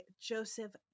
Joseph